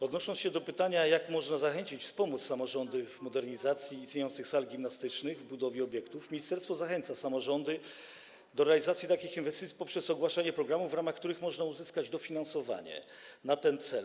Odnosząc się do pytania, jak można zachęcić samorządy do modernizacji istniejących sal gimnastycznych i budowy obiektów i wspomóc je w tym - ministerstwo zachęca samorządy do realizacji takich inwestycji poprzez ogłaszanie programów, w ramach których można uzyskać dofinansowanie na ten cel.